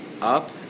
up